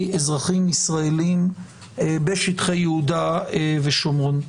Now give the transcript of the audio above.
אזרחים ישראלים בשטחי יהודה ושומרון.